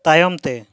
ᱛᱟᱭᱚᱢᱛᱮ